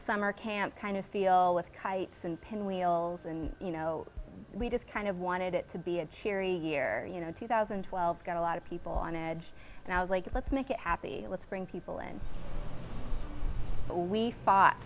summer camp kind of feel with kites and pinwheels and you know we just kind of wanted it to be a cheery year you know two thousand and twelve got a lot of people on edge and i was like let's make it happy let's bring people in we fought